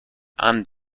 and